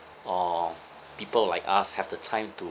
or people like us have the time to